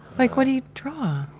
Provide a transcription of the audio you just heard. like what do you draw?